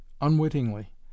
unwittingly